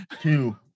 Two